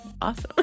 Awesome